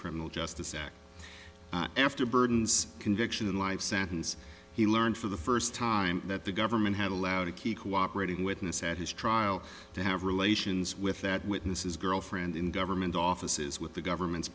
criminal justice act after burdens conviction and life sentence he learned for the first time that the government had allowed a key cooperating witness at his trial to have relations with that witness his girlfriend in government offices with the government's